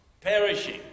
perishing